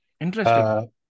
Interesting